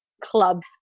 club